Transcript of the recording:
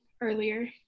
earlier